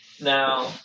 Now